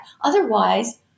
Otherwise